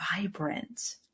vibrant